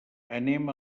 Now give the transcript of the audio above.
anem